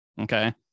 okay